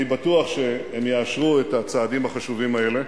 אני בטוח שהם יאשרו את הצעדים החשובים האלה,